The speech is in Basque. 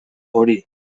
hori